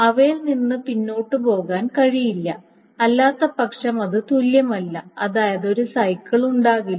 അവയിൽ നിന്ന് പിന്നോട്ട് പോകാൻ കഴിയില്ല അല്ലാത്തപക്ഷം അത് തുല്യമല്ല അതായത് ഒരു സൈക്കിൾ ഉണ്ടാകില്ല